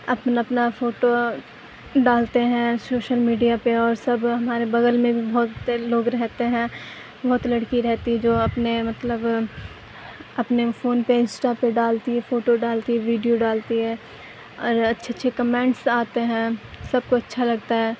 اپنا اپنا فوٹو ڈالتے ہیں سوشل میڈیا پہ اور سب ہمارے بگل میں بھی بہت لوگ رہتے ہیں بہت لڑکی رہتی ہے جو اپنے مطلب اپنے فون پہ انسٹا پہ ڈالتی ہے فوٹو ڈالتی ہے ویڈیو ڈالتی ہے اور اچھے اچھے کمنٹس آتے ہیں سب کو اچھا لگتا ہے